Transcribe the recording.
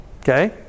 okay